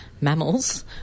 mammals